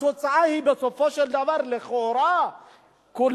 התוצאה היא, בסופו של דבר, שלכאורה כולם